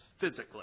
physically